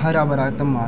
ते हरा भरा धम्मा